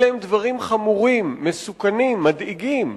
אלה הם דברים חמורים, מסוכנים, מדאיגים.